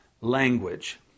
language